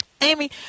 Amy